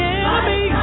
enemy